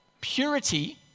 Purity